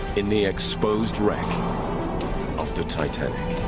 in the exposed wreck of the titanic.